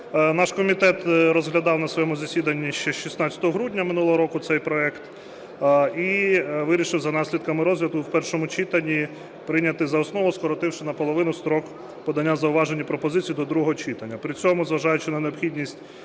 Наш комітет розглядав на своєму засіданні ще 16 грудня минулого року цей проект і вирішив за наслідками розгляду у першому читанні прийняти за основу, скоротивши наполовину строк подання зауважень і пропозицій до другого читання. При цьому, зважаючи на необхідність